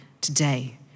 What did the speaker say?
today